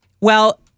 Well-